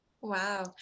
Wow